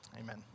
Amen